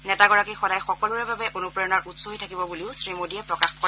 নেতাগৰাকী সদায় সকলোৰে বাবে অনুপ্ৰেৰণাৰ উৎস হৈ থাকিব বুলিও শ্ৰীমোদীয়ে প্ৰকাশ কৰে